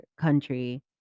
country